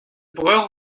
breur